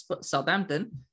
Southampton